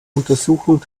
untersuchung